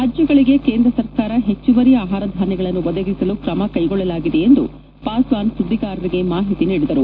ರಾಜ್ಯಗಳಿಗೆ ಕೇಂದ್ರ ಸರ್ಕಾರ ಹೆಚ್ಚುವರಿ ಆಹಾರ ಧಾನ್ಯಗಳನ್ನು ಒದಗಿಸಲು ಕ್ರಮ ಕೈಗೊಳ್ಳಲಾಗಿದೆ ಎಂದು ಪಾಸ್ವಾನ್ ಸುದ್ದಿಗಾರರಿಗೆ ಮಾಹಿತಿ ನೀಡಿದರು